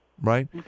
Right